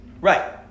right